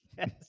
Yes